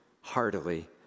heartily